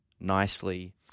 nicely